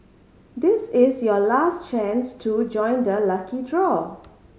this is your last chance to join the lucky draw